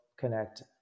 connect